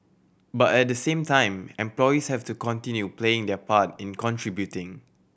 but at the same time employees have to continue playing their part in contributing